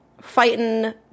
fighting